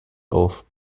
auf